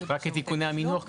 רק כתיקוני המינוח,